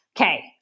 Okay